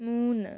മൂന്ന്